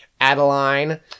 Adeline